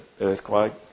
earthquake